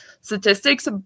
statistics